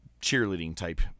cheerleading-type